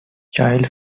child